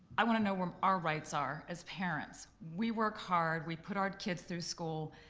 i to know where our rights are as parents. we work hard, we put our kids through school.